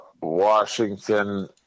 Washington